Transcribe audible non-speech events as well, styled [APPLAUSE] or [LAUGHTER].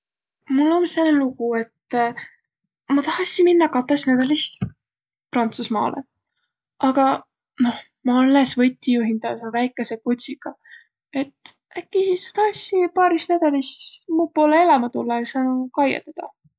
Mul om sääne lugu, et [HESITATION] ma tahassiq minnäq katõs nädälis Prantsusmaalõ. Agaq noh ma alles võti ju hindäle sjoo väikese kutsiga. Et äkki sis sa tahassiq paaris nädälis mu poolõ elämä tullaq, et saanuq kaiaq tedä?